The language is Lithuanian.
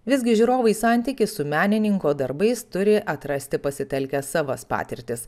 visgi žiūrovai santykį su menininko darbais turi atrasti pasitelkę savas patirtis